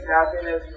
happiness